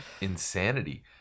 insanity